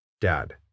Dad